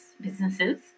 businesses